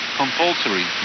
compulsory